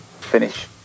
finish